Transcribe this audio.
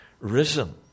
risen